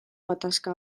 gatazka